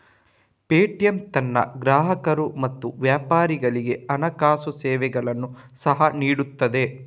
Paytm ತನ್ನ ಗ್ರಾಹಕರು ಮತ್ತು ವ್ಯಾಪಾರಿಗಳಿಗೆ ಹಣಕಾಸು ಸೇವೆಗಳನ್ನು ಸಹ ನೀಡುತ್ತದೆ